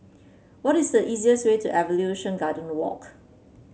what is the easiest way to Evolution Garden Walk